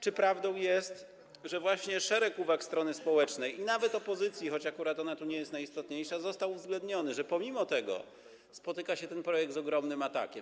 Czy prawdą jest, że szereg uwag strony społecznej i nawet opozycji, choć akurat ona tu nie jest najistotniejsza, zostało uwzględnionych, a pomimo to spotyka się ten projekt z ogromnym atakiem?